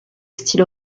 style